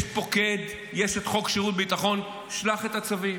יש פוקד, יש את חוק שירות ביטחון, שלח את הצווים.